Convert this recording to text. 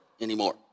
anymore